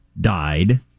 died